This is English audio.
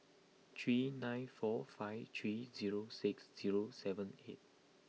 three nine four five three zero six zero seven eight